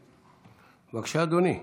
בבקשה, אדוני.